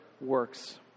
works